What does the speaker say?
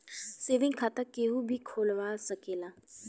saving खाता केहू भी खोलवा सकेला